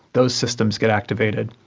those systems get activated.